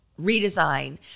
redesign